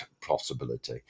possibility